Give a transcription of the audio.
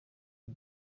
uwo